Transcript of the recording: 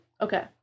Okay